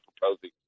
proposing